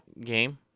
game